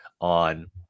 on